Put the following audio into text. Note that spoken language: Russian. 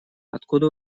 откуда